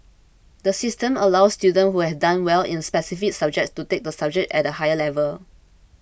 the system allows students who have done well in specific subjects to take the subject at a higher level